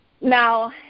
Now